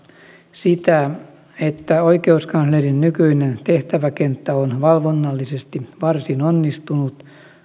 sitä että oikeuskanslerin nykyinen tehtäväkenttä on valvonnallisesti varsin onnistunut